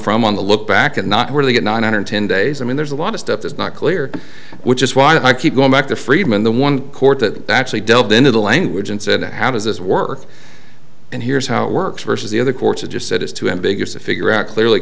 from on the look back at not where they get nine hundred ten days i mean there's a lot of stuff that's not clear which is why i keep going back to friedman the one court that actually delved into the language and said how does this work and here's how it works versus the other courts it just said it's too ambiguous to figure out clearly